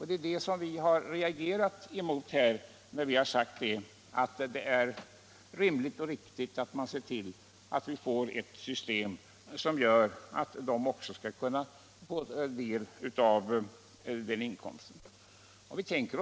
Det är det som vi har reagerat emot, när vi har sagt att det är rimligt och riktigt att vi får ett system som medger att dessa ungdomar får del av inkomsten för sitt arbete.